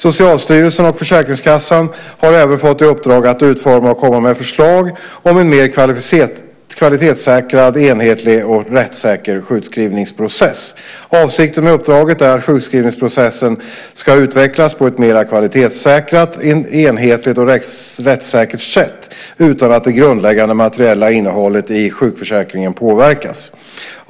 Socialstyrelsen och Försäkringskassan har även fått i uppdrag att utforma och komma med förslag om en mer kvalitetssäkrad, enhetlig och rättssäker sjukskrivningsprocess. Avsikten med uppdraget är att sjukskrivningsprocessen ska utvecklas på ett mer kvalitetssäkrat, enhetligt och rättssäkert sätt utan att det grundläggande materiella innehållet i sjukförsäkringen påverkas.